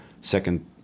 second